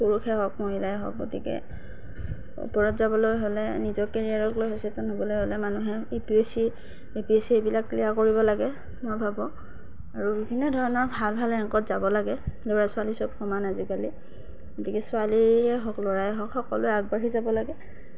পুৰুষেই হওক মহিলাই হওক গতিকে ওপৰত যাবলৈ হ'লে নিজৰ কেৰিয়াৰক লৈ সচেতন হ'বলৈ হ'লে মানুহে এপিএছচি এপিএছচি এইবিলাক তৈয়াৰ কৰিব লাগে মই ভাবোঁ আৰু বিভিন্ন ধৰণৰ ভাল ভাল ৰেংকত যাব লাগে ল'ৰা ছোৱালী সকলো সমান আজিকালি গতিকে ছোৱালীয়ে হওক ল'ৰাই হওক সকলোৱে আগবাঢ়ি যাব লাগে